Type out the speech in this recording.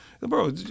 Bro